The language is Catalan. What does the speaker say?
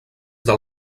del